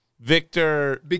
Victor